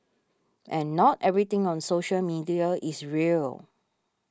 and not everything on social media is real